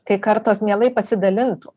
kai kartos mielai pasidalintų